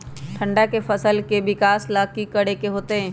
ठंडा में फसल के विकास ला की करे के होतै?